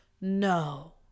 no